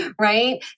right